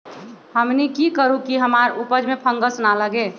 हमनी की करू की हमार उपज में फंगस ना लगे?